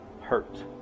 hurt